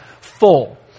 full